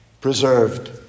Preserved